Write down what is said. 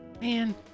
Man